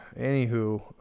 anywho